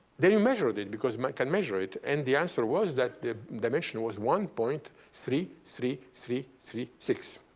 they measured it, because man can measure it. and the answer was that the dimension was one point three three three three six.